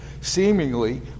seemingly